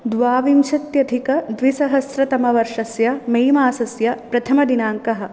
द्वाविंशत्यधिकद्विसहस्रतमवर्षस्य मे मासस्य प्रथमदिनाङ्कः